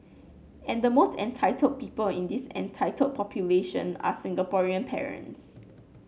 and the most entitled people in this entitled population are Singaporean parents